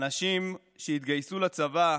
אנשים שהתגייסו לצבא,